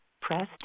press